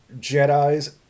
Jedis